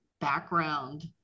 background